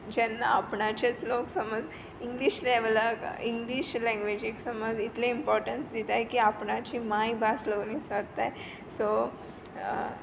जेन्ना आपणाचेच लोक सपोज इंग्लीश लॅक्चाराक इंग्लीश लँग्वेजीक समज इतलें इंपॉर्टन्स दिताय की आपणाची माय भास लगून इसोत्ताय सो